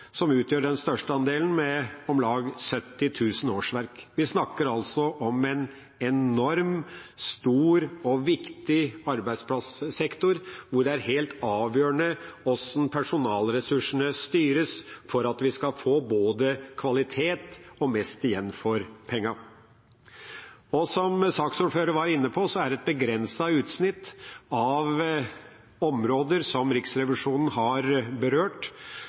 som utgjør den største andelen med om lag 70 000 årsverk. Vi snakker altså om en enormt stor og viktig arbeidsplassektor hvor det er helt avgjørende hvordan personalressursene styres for at vi skal få både kvalitet og mest igjen for pengene. Som saksordføreren var inne på, er det et begrenset utsnitt områder Riksrevisjonen har berørt,